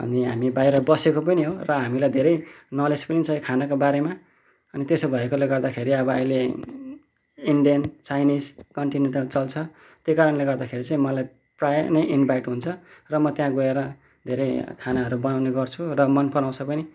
अनि हामी बाहिर बसेको पनि हो र हामीलाई धेरै नलेज पनि छ यो खानाको बारेमा अनि त्यसो भएकोले गर्दाखेरि अब अहिले इन्डियन चाइनिज कन्टिनेन्टल चल्छ त्यही कारणले गर्दाखेरि चाहिँ मलाई प्रायः नै इन्भाइट हुन्छ र म त्यहाँ गएर धेरै खानाहरू बनाउने गर्छु र मन पराउँछ पनि